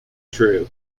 true